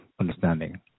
understanding